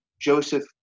Joseph